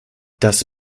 das